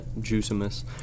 juiciness